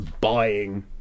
buying